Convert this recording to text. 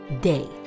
day